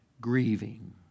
grieving